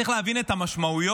צריך להבין את המשמעויות